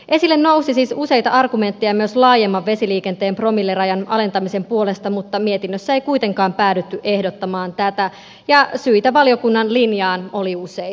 esille nousi siis useita argumentteja myös laajemman vesiliikenteen promillerajan alentamisen puolesta mutta mietinnössä ei kuitenkaan päädytty ehdottomaan tätä ja syitä valiokunnan linjaan oli useita